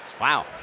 Wow